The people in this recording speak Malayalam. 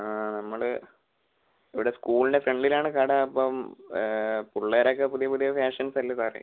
ആ നമ്മൾ ഇവിടെ സ്കൂളിൻ്റെ ഫ്രണ്ടിലാണ് കട അപ്പം പിള്ളേരൊക്കെ പുതിയ പുതിയ ഫ്യാഷൻസല്ലെ സാറെ